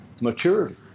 maturity